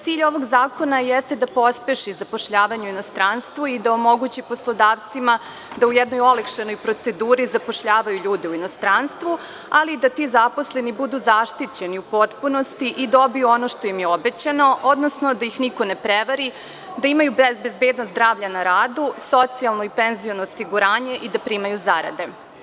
Cilj ovog zakona jeste da pospeši zapošljavanje u inostranstvu i da omogući poslodavcima da u jednoj olakšanoj proceduri zapošljavaju ljude u inostranstvu, ali i da ti zaposleni budu zaštićeni u potpunosti i dobiju ono što im je obećano, odnosno da ih niko ne prevari, da imaju bezbednost zdravlja na radu, socijalno i penziono osiguranje i da primaju zarade.